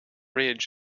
ridge